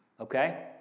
okay